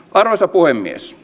arvoisa puhemies